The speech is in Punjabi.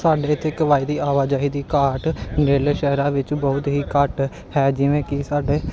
ਸਾਡੇ ਇੱਥੇ ਆਵਾਜਾਈ ਦੀ ਘਾਟ ਨੇੜਲੇ ਸ਼ਹਿਰਾਂ ਵਿੱਚ ਬਹੁਤ ਹੀ ਘੱਟ ਹੈ ਜਿਵੇਂ ਕਿ ਸਾਡੇ